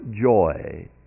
joy